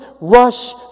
rush